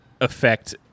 affect